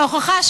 ההוכחה,